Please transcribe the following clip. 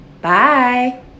Bye